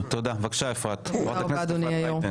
תודה, בבקשה חברת הכנסת אפרת רייטן.